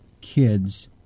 kids